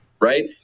right